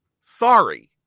Sorry